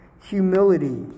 humility